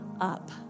up